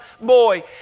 boy